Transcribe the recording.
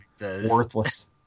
Worthless